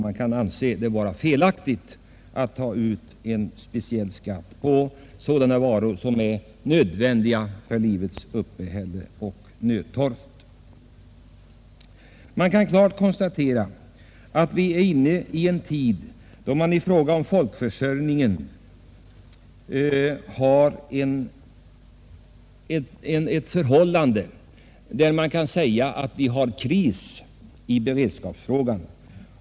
Man kan anse det vara felaktigt att ta ut en speciell skatt på sådana varor som är nödvändiga för livets uppehälle och nödtorft. Det kan klart konstateras att vi är inne i en tid då det råder en kris i fråga om försörjningsberedskapen.